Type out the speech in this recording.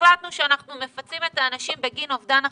החלטנו שאנחנו מפצים את האנשים בגין אובדן הכנסה,